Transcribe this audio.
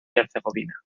herzegovina